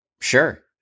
Sure